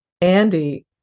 Andy